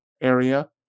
area